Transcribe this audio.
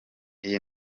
iyi